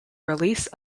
release